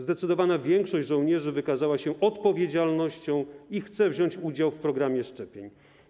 Zdecydowana większość żołnierzy wykazała się odpowiedzialnością i chce wziąć udział w programie szczepień.